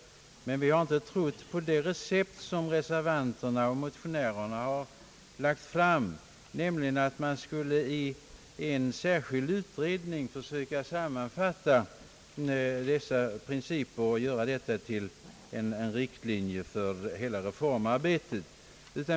Men vi har inte trott på det recept som motionärerna och reservanterna har lagt fram, nämligen att man skulle försöka sammanfatta dessa principer i en särskild utredning och göra dem till en riktlinje för hela reformarbetet.